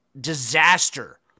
disaster